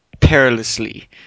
perilously